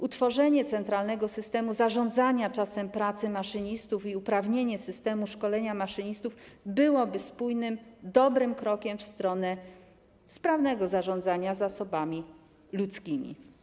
Utworzenie centralnego systemu zarządzania czasem pracy maszynistów i usprawnienie systemu szkolenia maszynistów byłoby spójnym, dobrym krokiem w stronę sprawnego zarządzania zasobami ludzkimi.